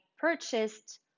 purchased